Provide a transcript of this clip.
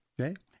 Okay